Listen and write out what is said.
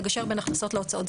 לגשר בין ההכנסות להוצאות.